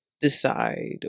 decide